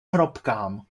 hrobkám